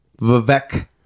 Vivek